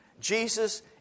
Jesus